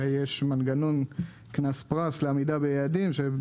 יש מנגנון קנס-פרס לעמידה ביעדים,